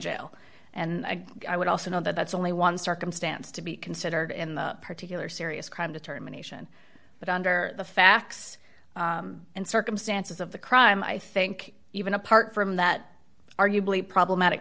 jail and i would also know that that's only one circumstance to be considered in the particular serious crime determination but under the facts and circumstances of the crime i think even apart from that arguably problematic